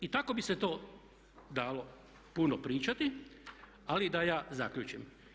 I tako bi se to dalo puno pričati, ali da ja zaključim.